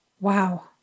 Wow